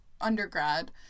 undergrad